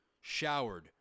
showered